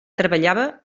treballava